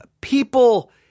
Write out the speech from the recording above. people